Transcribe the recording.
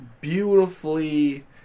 beautifully